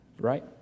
Right